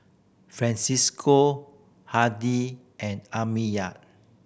Francisco Handy and Amiyah